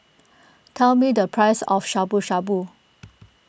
tell me the price of Shabu Shabu